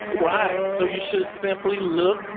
right? so you should simply look,